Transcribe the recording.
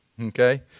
Okay